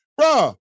bruh